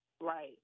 right